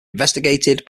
investigated